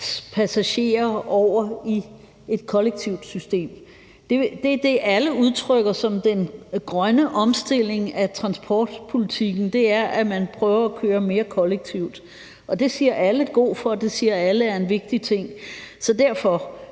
bilister over i et kollektivt system. Det er det, alle udtrykker som værende den grønne omstilling af transportpolitikken, altså at man prøver at køre mere kollektivt. Det siger alle god for; det siger alle er en vigtig ting. Derfor